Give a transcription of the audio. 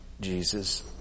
Jesus